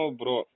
bro